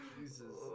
Jesus